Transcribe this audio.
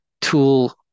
tool